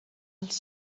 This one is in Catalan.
els